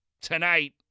tonight